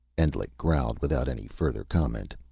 endlich growled without any further comment.